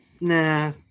nah